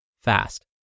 fast